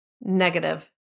negative